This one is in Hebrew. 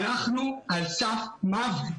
אנחנו על סף מוות.